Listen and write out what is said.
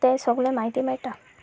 तें सगलें म्हायती मेळटा